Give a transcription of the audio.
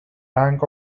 rank